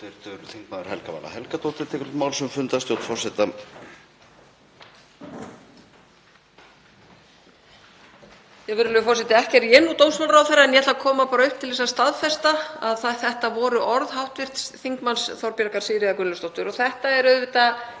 Þetta er auðvitað